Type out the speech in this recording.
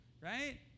right